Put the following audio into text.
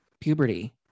puberty